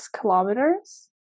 kilometers